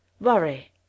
Worry